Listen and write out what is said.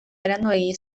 beranduegi